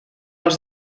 els